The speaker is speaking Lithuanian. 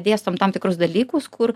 dėstom tam tikrus dalykus kur